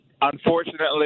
Unfortunately